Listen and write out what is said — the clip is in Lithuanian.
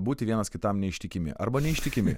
būti vienas kitam neištikimi arba neištikimi